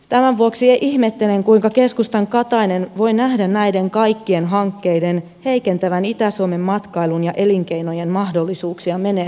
tämän vuoksi ihmettelen kuinka keskustan katainen voi nähdä näiden kaikkien hankkeiden heikentävän itä suomen matkailun ja elinkeinojen mahdollisuuksia menestyä